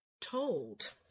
told